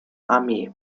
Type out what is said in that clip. armee